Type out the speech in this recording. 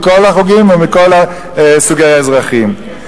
מכל החוגים ומכל סוגי האזרחים.